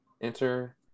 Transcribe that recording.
Enter